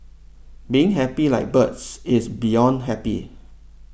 being happy like bird is beyond happy